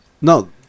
No